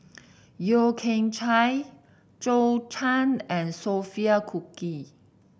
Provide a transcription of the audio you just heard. Yeo Kian Chai Zhou Can and Sophia Cooke